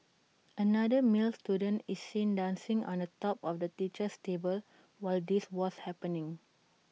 another male student is seen dancing on top of the teacher's table while this was happening